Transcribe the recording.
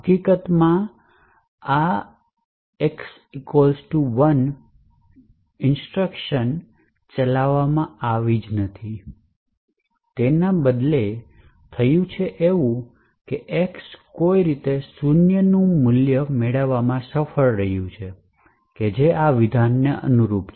હકીકતમાંની આ આખી વસ્તુ x 1 ચલાવવામાં આવી નથી તેના બદલેને થયું છે x કે તે કોઈક રીતે શૂન્યનું મૂલ્ય મેળવવામાં સફળ રહ્યું છે જે આ વિધાનને અનુરૂપ છે